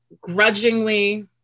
grudgingly